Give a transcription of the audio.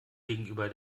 gegenüber